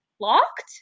locked